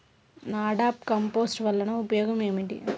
NADEP compost వలన ఉపయోగం ఏమిటి?